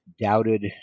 doubted